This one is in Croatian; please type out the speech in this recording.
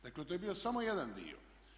Dakle, to je bio samo jedan dio.